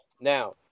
Now